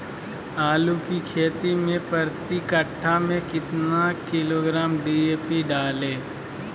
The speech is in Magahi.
आलू की खेती मे प्रति कट्ठा में कितना किलोग्राम डी.ए.पी डाले?